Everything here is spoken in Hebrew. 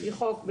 לפי חוק,